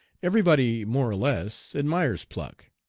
everybody more or less admires pluck.